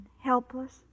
helpless